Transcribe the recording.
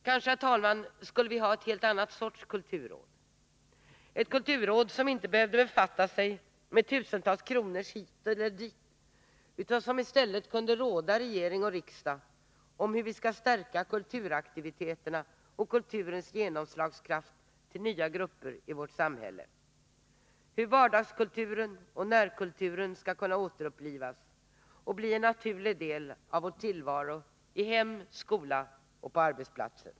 Kanske skulle vi, herr talman, ha ett helt annat kulturråd — ett kulturråd som inte behövde befatta sig med frågor om tusentals kronor hit eller dit utan som i stället kunde råda regering och riksdag om hur vi skall stärka kulturaktiviteterna och kulturens genomslagskraft till nya grupper i vårt samhälle och ge råd om hur vardagskulturen och närkulturen skall kunna återupplivas och bli en naturlig del av vår tillvaro i hem, i skola och på arbetsplatser.